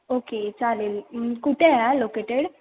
okay चालेल कुठे आहे लोकेटेड